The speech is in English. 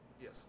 Yes